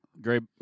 great